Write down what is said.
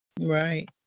Right